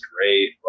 great